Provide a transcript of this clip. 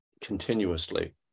continuously